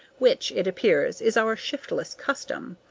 which, it appears, is our shiftless custom.